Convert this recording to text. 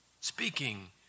speaking